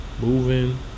Moving